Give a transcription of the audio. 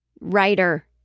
writer